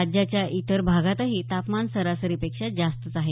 राज्याच्या इतर भागातही तापमान सरासरीपेक्षा जास्तच आहे